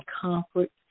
comfort